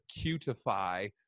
cutify